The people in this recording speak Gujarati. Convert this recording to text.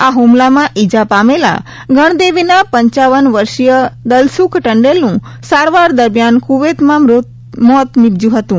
આ હુમલામાં ઈજા પામેલા ગણદેવીના પપ વર્ષીય દલસુખ ટંડેલનું સારવાર દરમિયાન કુવૈતમાં મોત નીપજ્યું હતું